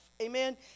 Amen